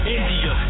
India